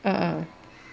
uh uh